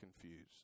confused